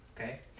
okay